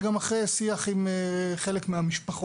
זה גם אחרי שיח עם חלק מהמשפחות